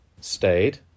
stayed